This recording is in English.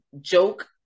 joke